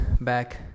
Back